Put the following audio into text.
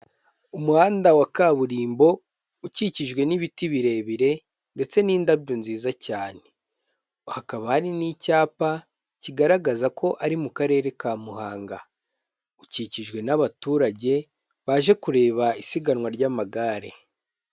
Umuhanda wa kaburimbo ukikijwe n'ibiti birebire ndetse n'indabyo nziza cyane, hakaba hari n'icyapa kigaragaza ko ari mu karere ka Muhanga, ukikijwe n'abaturage baje kureba isiganwa ry'amagare.